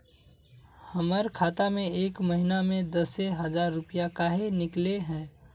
हमर खाता में एक महीना में दसे हजार रुपया काहे निकले है?